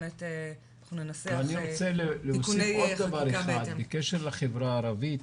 אני רוצה להוסיף בקשר לחברה הערבית,